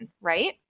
Right